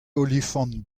olifant